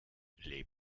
les